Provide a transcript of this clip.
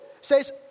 says